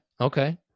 okay